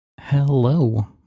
Hello